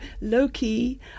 low-key